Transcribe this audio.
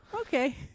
Okay